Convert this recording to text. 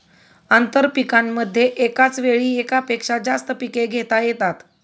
आंतरपीकांमध्ये एकाच वेळी एकापेक्षा जास्त पिके घेता येतात